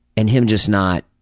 and him just not.